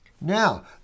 Now